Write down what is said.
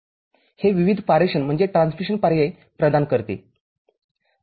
हे विविध पारेषण पर्याय प्रदान करते